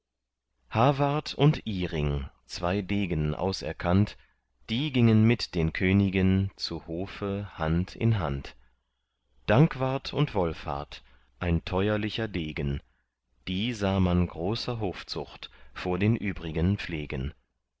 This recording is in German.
hawart und iring zwei degen auserkannt die gingen mit den königen zu hofe hand in hand dankwart und wolfhart ein teuerlicher degen die sah man großer hofzucht vor den übrigen pflegen